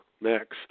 Next